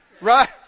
Right